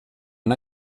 una